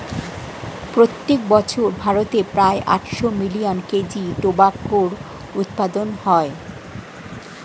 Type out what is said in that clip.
প্রত্যেক বছর ভারতে প্রায় আটশো মিলিয়ন কেজি টোবাকোর উৎপাদন হয়